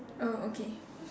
oh okay